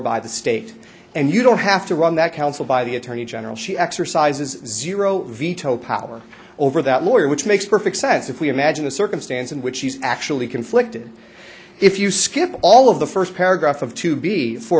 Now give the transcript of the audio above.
by the state and you don't have to run that council by the attorney general she exercises zero veto power over that lawyer which makes perfect sense if we imagine a circumstance in which she's actually conflicted if you skip all of the first paragraph of to be fo